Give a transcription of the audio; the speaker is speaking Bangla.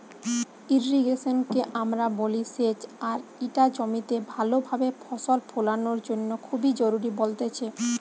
ইর্রিগেশন কে আমরা বলি সেচ আর ইটা জমিতে ভালো ভাবে ফসল ফোলানোর জন্য খুবই জরুরি বলতেছে